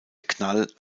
knall